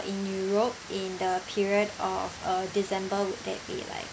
in europe in the period of uh december would that be like